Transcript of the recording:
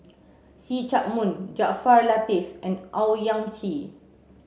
See Chak Mun Jaafar Latiff and Owyang Chi